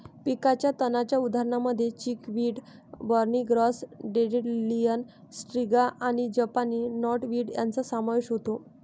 पिकाच्या तणांच्या उदाहरणांमध्ये chickweed, barney grass, dandelion, striga आणि जपानी नॉटवीड यांचा समावेश होतो